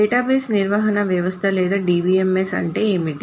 database నిర్వహణ వ్యవస్థ లేదా DBMS అంటే ఏమిటి